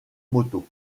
moto